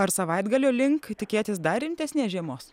ar savaitgalio link tikėtis dar rimtesnės žiemos